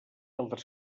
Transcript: altres